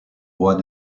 roi